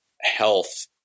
health